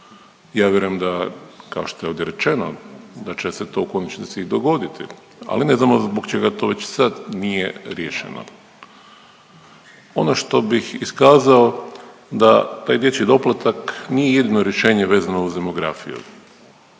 Ja vjerujem da kao što je ovdje rečeno da će se to u konačnici i dogoditi ali ne znamo zbog čega to već sad nije riješeno. Ono što bih iskazao da taj dječji doplatak nije jedino rješenje vezano uz demografiju.